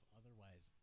otherwise